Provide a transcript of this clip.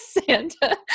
Santa